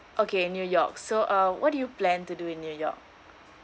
okay new york so uh what do you plan to do in new york